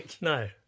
no